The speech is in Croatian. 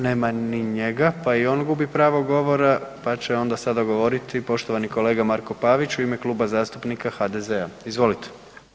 Nema ni njega, pa i on gubi pravo govora, pa će onda sada govoriti poštovani kolega Marko Pavić u ime Kluba zastupnika HDZ-a, izvolite.